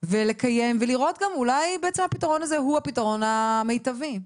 ולקיים ולראות גם אולי בעצם הפתרון הזה הוא הפתרון המיטבי,